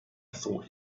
thought